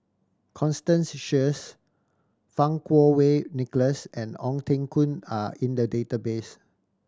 Constance Sheares Fang Kuo Wei Nicholas and Ong Teng Koon are in the database